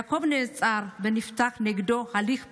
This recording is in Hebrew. יעקב נעצר ונפתח נגדו הליך פלילי.